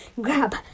grab